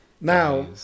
Now